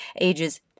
ages